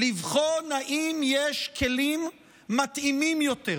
לבחון אם יש כלים מתאימים יותר,